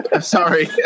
Sorry